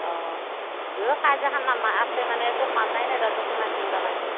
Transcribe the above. অঁ কাজ এখন আছে মানে তোক মতাই নাই ৰ তোকো মাতিম ৰ কাজত